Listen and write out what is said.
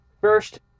first